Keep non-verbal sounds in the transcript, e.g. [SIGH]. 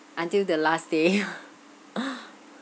until the last day [NOISE] [BREATH]